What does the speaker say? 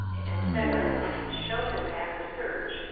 et cetera. and i can show them that research.